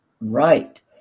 Right